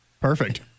Perfect